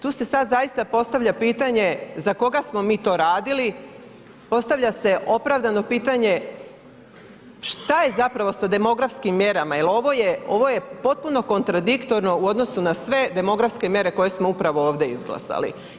Tu se sad zaista postavlja pitanje za koga smo mi to radili, postavlja se opravdano pitanje šta je zapravo sa demografskim mjerama, jer ovo je potpuno kontradiktorno u odnosu na sve demografske mjere koje smo upravo ovdje izglasali.